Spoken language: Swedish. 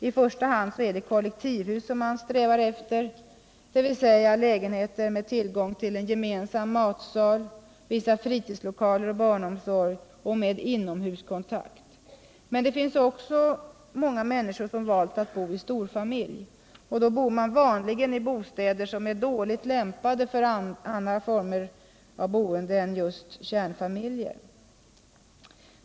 I första hand är det kollektivhus som man eftersträvar, dvs. lägenheter med tillgång till en gemensam matsal, vissa fritidslokaler och barnomsorg och med inomhuskontakt. Men det finns också många människor som valt att bo i storfamilj, och då bor de vanligen i bostäder som är dåligt lämpade för annat än kärnfamiljer.